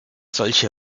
solche